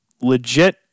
legit